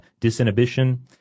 disinhibition